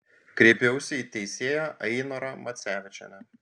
kreipiausi į teisėją ainorą macevičienę